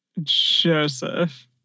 Joseph